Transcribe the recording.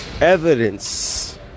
evidence